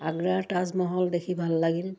আগ্ৰাৰ তাজমহল দেখি ভাল লাগিল